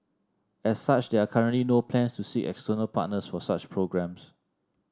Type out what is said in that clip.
as such there are currently no plans to seek external partners for such programmes